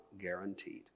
guaranteed